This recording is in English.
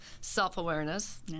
Self-awareness